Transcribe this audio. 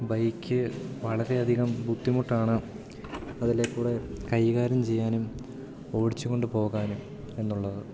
bike വളരെ അധികം ബുദ്ധിമുട്ടാണ് അതിലേ കൂടെ കൈകാര്യം ചെയ്യാനും ഓടിച്ചു കൊണ്ടുപോകാനും എന്നുള്ളത്